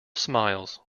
smiles